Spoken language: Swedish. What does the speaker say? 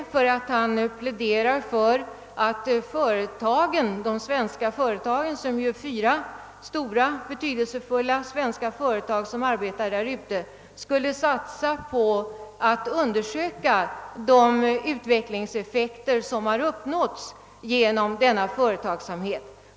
Han pläderar för att de fyra stora betydelsefulla svenska företag, som arbetar därute, skall satsa på att undersöka de utvecklingseffekter som har uppnåtts genom denna företagsamhet.